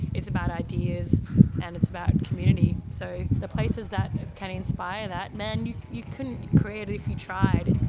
it's about ideas and it's about community. so the places that can inspire that, man, you couldn't create it if you tried.